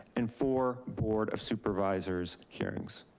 and four board of supervisors hearings.